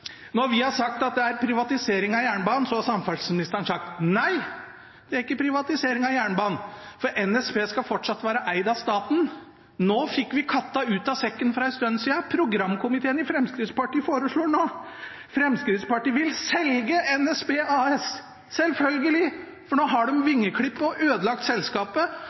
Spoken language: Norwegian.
Når vi har sagt at det er privatisering av jernbanen, har samferdselsministeren sagt: Nei, det er ikke privatisering av jernbanen, for NSB skal fortsatt være eid av staten. Vi fikk katta ut av sekken for en stund siden – programkomiteen i Fremskrittspartiet foreslår nå å selge NSB AS. Selvfølgelig, for nå har de vingeklippet og ødelagt selskapet